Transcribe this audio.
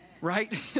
right